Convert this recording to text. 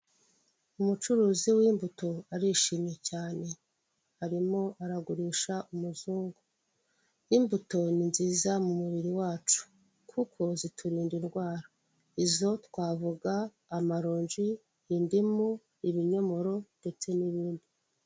Umucuruzi w'imbuto arishimye cyane, arimo aragurisha amacunga. Imbuto ni nziza mu mubiri wacu kuko ziturinda indwara, izo twavuga; amaronji, indimu, ibinyomoro ndetse n'ibindi.